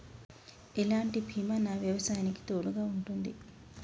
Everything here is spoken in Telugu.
ఎలాంటి బీమా నా వ్యవసాయానికి తోడుగా ఉంటుంది?